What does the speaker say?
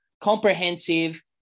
Comprehensive